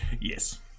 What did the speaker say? Yes